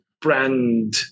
brand